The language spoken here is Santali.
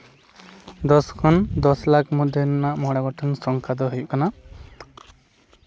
ᱫᱚᱥ ᱠᱷᱚᱱ ᱫᱚᱥ ᱞᱟᱠᱷ ᱢᱚᱫᱽᱫᱷᱮ ᱨᱮᱱᱟᱜ ᱢᱚᱬᱮ ᱜᱚᱴᱮᱱ ᱥᱚᱝᱠᱷᱟ ᱫᱚ ᱦᱩᱭᱩᱜ ᱠᱟᱱᱟ